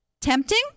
Tempting